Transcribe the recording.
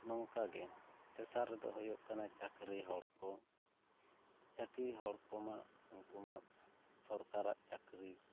ᱱᱚᱝᱠᱟ ᱜᱮ ᱛᱮᱥᱟᱨ ᱨᱮᱫᱚ ᱦᱩᱭᱩᱜ ᱠᱟᱱᱟ ᱪᱟᱹᱠᱨᱤ ᱦᱚᱲ ᱠᱚ ᱪᱟᱹᱠᱨᱤ ᱦᱚᱲ ᱠᱚᱢᱟ ᱩᱱᱠᱩ ᱢᱟ ᱥᱚᱨᱠᱟᱨᱤ ᱪᱟᱹᱠᱨᱤ